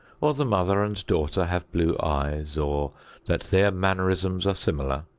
or the mother and daughter have blue eyes, or that their mannerisms are similar,